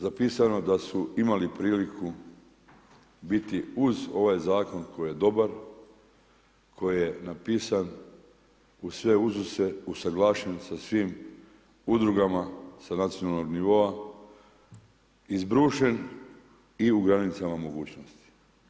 Zapisano je da su imali priliku biti uz ovaj zakon koji je dobar, koji je napisan uz sve uzuse usuglašen sa svim udrugama sa nacionalnog nivoa, izbrušen i u granicama mogućnosti.